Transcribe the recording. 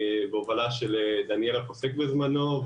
בהובלה של דניאלה פוסק בזמנו,